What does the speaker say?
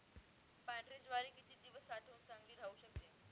पांढरी ज्वारी किती दिवस साठवून चांगली राहू शकते?